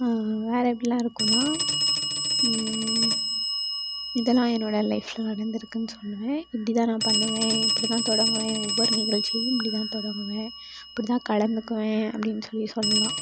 வேறு எப்படிலாம் இருக்கும்னால் இதெல்லாம் என்னோடய லைஃபில் நடந்திருக்குன்னு சொல்லுவேன் இப்படி தான் நான் பண்ணுவேன் இப்படி தான் தொடங்குவேன் ஒவ்வொரு நிகழ்ச்சியும் இப்படி தான் தொடங்குவேன் இப்படி தான் கலந்துக்குவேன் அப்டின்னு சொல்லி சொல்லலாம்